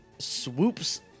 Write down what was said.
swoops